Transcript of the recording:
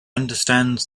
understands